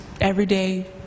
everyday